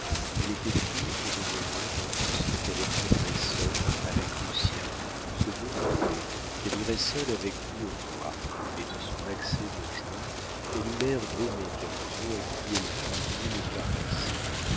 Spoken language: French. elle était ivre de bonheur en pensant qu'elle étrennerait seule avec lucien ce beau coupé qu'elle irait seule avec lui au bois et dans son accès de joie elle eut l'air d'aimer camusot à qui elle fit mille caresses